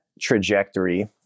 trajectory